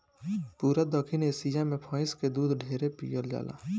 पूरा दखिन एशिया मे भइस के दूध ढेरे पियल जाला